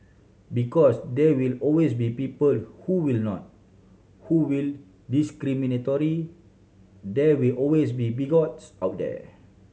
because there will always be people who will not who will discriminatory there will always be bigots out there